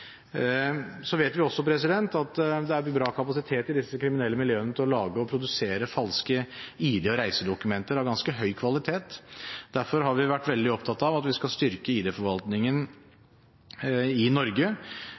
Vi vet også at det er bra kapasitet i disse kriminelle miljøene til å lage og produsere falske ID- og reisedokumenter av ganske høy kvalitet. Derfor har vi vært veldig opptatt av at vi skal styrke ID-forvaltningen i Norge.